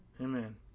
Amen